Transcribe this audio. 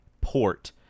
port